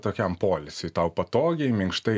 tokiam poilsiui tau patogiai minkštai